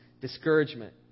discouragement